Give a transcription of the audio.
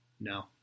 No